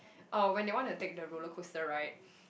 uh when they want to take the roller coaster ride